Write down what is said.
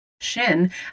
Shin